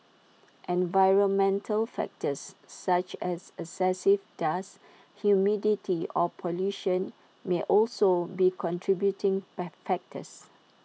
environmental factors such as excessive dust humidity or pollution may also be contributing factors